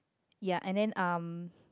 ya and then um